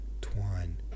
twine